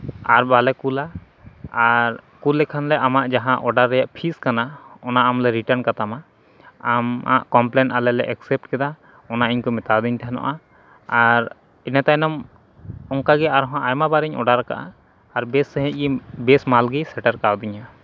ᱟᱨ ᱵᱟᱞᱮ ᱠᱩᱞᱟ ᱟᱨ ᱠᱩᱞ ᱞᱮᱠᱷᱟᱱ ᱞᱮ ᱟᱢᱟᱜ ᱡᱟᱦᱟᱸ ᱚᱰᱟᱨ ᱨᱮᱭᱟᱜ ᱯᱷᱤᱥ ᱠᱟᱱᱟ ᱚᱱᱟ ᱟᱢᱞᱮ ᱨᱤᱴᱟᱨᱱ ᱠᱟᱛᱟᱢᱟ ᱟᱢᱟᱜ ᱠᱚᱢᱯᱞᱮᱱ ᱟᱞᱮ ᱞᱮ ᱮᱠᱥᱮᱯᱴ ᱠᱮᱫᱟ ᱚᱱᱟ ᱤᱧᱠᱚ ᱢᱮᱛᱟᱣᱫᱤᱧ ᱛᱟᱦᱮᱱᱚᱜᱼᱟ ᱟᱨ ᱤᱱᱟᱹ ᱛᱟᱭᱱᱚᱢ ᱚᱱᱠᱟ ᱜᱮ ᱟᱨᱦᱚᱸ ᱟᱭᱢᱟ ᱵᱟᱨ ᱤᱧ ᱚᱰᱟᱨ ᱟᱠᱟᱫᱼᱟ ᱟᱨ ᱵᱮᱥ ᱥᱟᱹᱦᱤᱡ ᱜᱮ ᱵᱮᱥ ᱢᱟᱞᱜᱮ ᱥᱮᱴᱮᱨ ᱠᱟᱣᱫᱤᱧᱟ